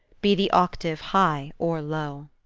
be the octave high or low.